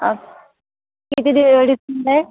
किती डि डिस्काउंट मिळेल